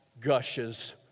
gushes